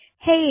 hey